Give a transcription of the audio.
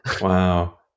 wow